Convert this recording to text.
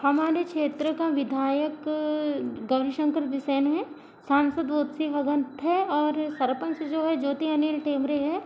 हमारे क्षेत्र का विधायक गौरीशंकर बिसेन है सांसद ज्योतिषी भगत है और सरपंच जो है ज्योति अनिल टेमरे हैं